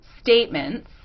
statements